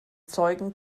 zeugen